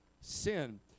sin